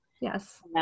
Yes